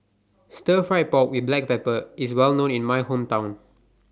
Stir Fried Pork with Black Pepper IS Well known in My Hometown